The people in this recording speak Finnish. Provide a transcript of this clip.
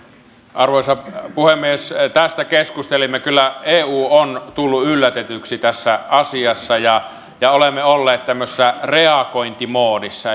arvoisa puhemies tästä keskustelimme kyllä eu on tullut yllätetyksi tässä asiassa ja ja olemme olleet tämmöisessä reagointimoodissa